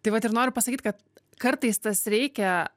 tai vat ir noriu pasakyt kad kartais tas reikia